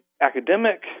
academic